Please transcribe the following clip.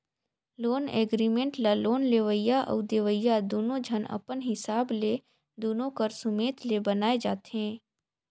loan agreement ल loan लेवइया अउ देवइया दुनो झन अपन हिसाब ले दुनो कर सुमेत ले बनाए जाथें